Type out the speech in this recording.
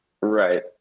Right